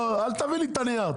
לא אל תביא לי את הנייר.